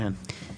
כן.